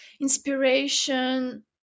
inspiration